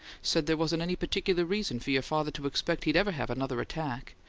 said there wasn't any particular reason for your father to expect he'd ever have another attack,